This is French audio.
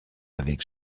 avec